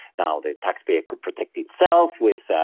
now the taxpayer could protect itself with,